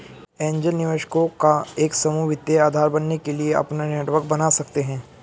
angel निवेशकों का एक समूह वित्तीय आधार बनने के लिए अपना नेटवर्क बना सकता हैं